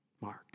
mark